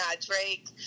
Drake